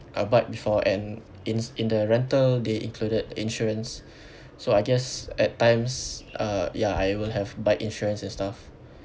a bike before and in s~ in the rental they included insurance so I guess at times uh ya I will have bike insurance and stuff